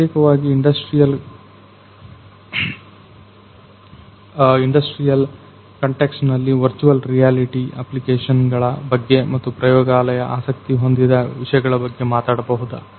ಪ್ರತ್ಯೇಕವಾಗಿ industrial context ನಲ್ಲಿ virtual reality application ಗಳ ಬಗ್ಗೆ ಮತ್ತು ಪ್ರಯೋಗಾಲಯ ಆಸಕ್ತಿ ಹೊಂದಿದ ವಿಷಯಗಳ ಬಗ್ಗೆ ಮಾತಾಡಬಹುದಾ